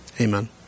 Amen